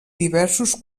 diversos